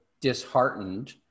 disheartened